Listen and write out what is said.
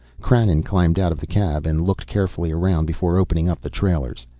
krannon climbed out of the cab and looked carefully around before opening up the trailers.